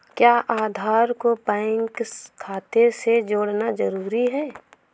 क्या आधार को बैंक खाते से जोड़ना जरूरी है?